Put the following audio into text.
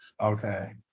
okay